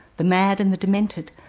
the mad and the demented,